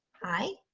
hi.